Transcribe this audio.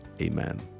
Amen